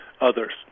others